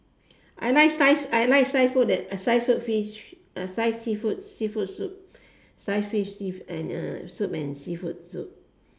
I like sliced I like sliced food that sliced food fish sliced seafood seafood soup sliced fish and uh soup and seafood soup